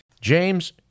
James